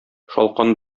шалкан